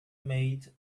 made